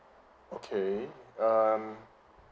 okay um